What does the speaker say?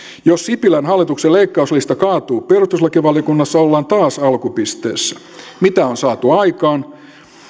jos sipilän hallituksen leikkauslista kaatuu perustuslakivaliokunnassa ollaan taas alkupisteessä mitä on saatu aikaan